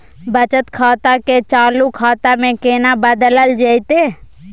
बचत खाता के चालू खाता में केना बदलल जेतै?